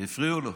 והפריעו לו.